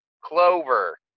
Clover